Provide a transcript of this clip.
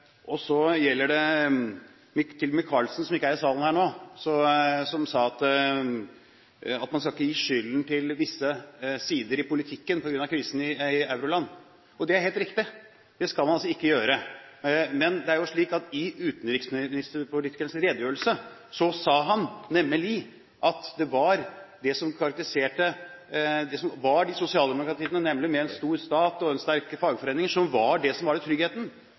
økonomi, så det går greit. Jeg har bare lyst til å markere det, for det virker litt arrogant når man prøver å belære stortingsrepresentantene på den måten. Jeg vil bare minne om det. Til representanten Micaelsen, som ikke er i salen nå, men som sa at man ikke skal gi skylden til visse sider i politikken for krisen i euroland: Det er helt riktig, det skal man altså ikke gjøre. Men i redegjørelsen sa utenriksministeren at sosialdemokratier, med en stor stat og sterke fagforeninger, nettopp er det som er tryggheten,